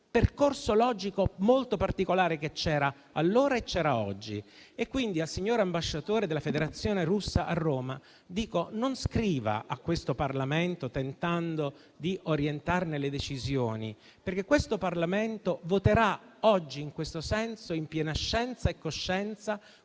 percorso logico molto particolare che c'era allora e c'è oggi. Quindi al signor ambasciatore della Federazione Russa a Roma dico di non scrivere a questo Parlamento tentando di orientarne le decisioni perché esso voterà oggi in questo senso in piena scienza e coscienza,